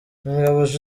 umuyobozi